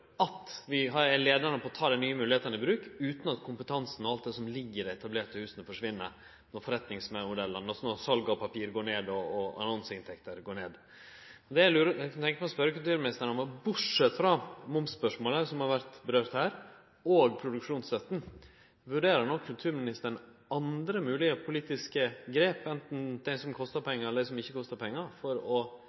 sørgje for å vere leiande i å ta dei nye moglegheitene i bruk – utan at kompetansen og alt anna som ligg i dei etablerte husa, forsvinn – når forretningsmodellane endrar seg, og salet av papiraviser og annonseinntekter går ned. Det eg kunne tenkje meg å spørje kulturministeren om, er: Bortsett frå momsspørsmålet – som har vore nemnt her – og produksjonsstøtta, vurderer kulturministeren andre moglege politiske grep, anten det som kostar pengar, eller det som ikkje kostar pengar, for å